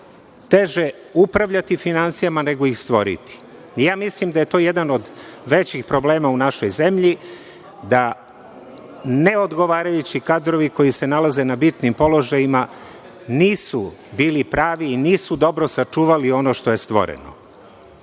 teže upravljati finansijama nego ih stvoriti. Mislim da je to jedan od većih problema u našoj zemlji, da neodgovarajući kadrovi koji se nalaze na bitnim položajima nisu bili pravi i nisu dobro sačuvali ono što je stvoreno. Da